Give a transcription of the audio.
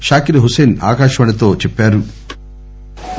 షాకీర్ హుస్సేన్ ఆకాశవాణి తో చెప్పారు